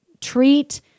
treat